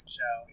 show